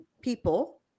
people